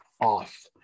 off